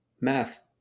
Math